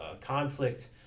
conflict